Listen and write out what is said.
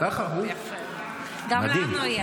ככה, מדהים, מדהים,